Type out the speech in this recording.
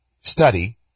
study